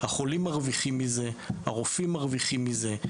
החולים מרוויחים מזה, הרופאים מרוויחים מזה.